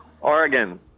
Oregon